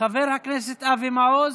חבר הכנסת אבי מעוז,